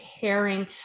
caring